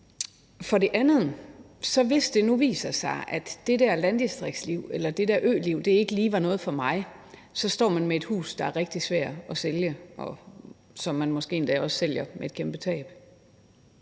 For det andet: Hvis det nu viser sig, at det der landdistriktsliv eller det der øliv ikke lige var noget for en, så står man med et hus, der er rigtig svært at sælge, og som man måske endda også sælger med et kæmpe tab.